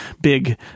big